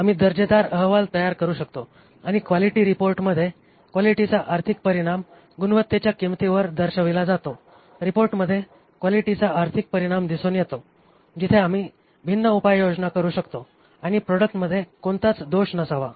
आम्ही दर्जेदार अहवाल तयार करू शकतो आणि क्वालिटी रिपोर्टमध्ये क्वालिटीचा आर्थिक परिणाम गुणवत्तेच्या किंमतीवर दर्शविला जातो रिपोर्टमध्ये क्वालिटीचा आर्थिक परिणाम दिसून येतो जिथे आम्ही भिन्न उपाययोजना करू शकतो आणि प्रॉडक्टमध्ये कोणताच दोष नसावा